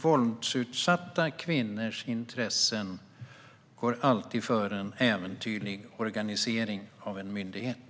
Våldsutsatta kvinnors intressen går alltid före en äventyrlig organisering av en myndighet.